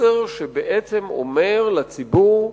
מסר שבעצם אומר לציבור,